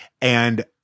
and-